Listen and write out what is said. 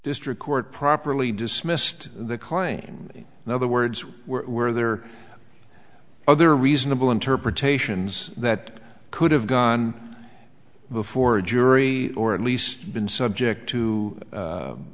district court properly dismissed the claim in other words were there other reasonable interpretations that could have gone before a jury or at least been subject to